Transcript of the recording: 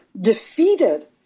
defeated